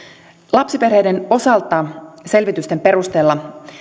lapsiperheiden osalta selvitysten perusteella